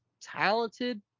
talented